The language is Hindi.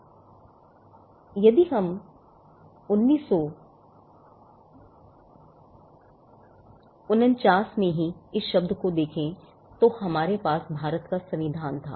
अब यदि हम 1949 में ही इस शब्द को देखें तो हमारे पास भारत का संविधान था